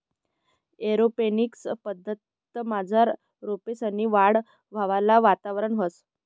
aeroponics पद्धतमझार रोपेसनी वाढ हवावाला वातावरणात व्हस